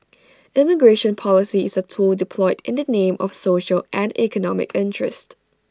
immigration policy is A tool deployed in the name of social and economic interest